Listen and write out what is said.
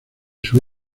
sus